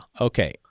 okay